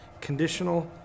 conditional